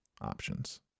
options